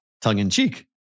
tongue-in-cheek